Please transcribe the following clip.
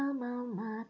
mama